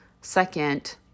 Second